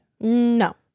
No